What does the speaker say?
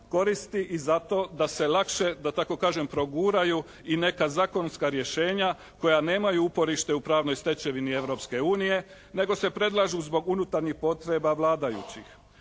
koristi i za to da se lakše da tako kažem proguraju i neka zakonska rješenja koja nemaju uporište u pravnoj stečevini Europske unije nego se predlažu zbog unutarnjih potreba vladajućih.